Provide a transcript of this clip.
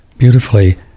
Beautifully